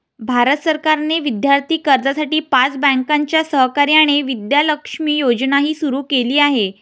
भारत सरकारने विद्यार्थी कर्जासाठी पाच बँकांच्या सहकार्याने विद्या लक्ष्मी योजनाही सुरू केली आहे